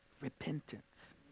Repentance